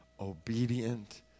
obedient